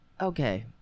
okay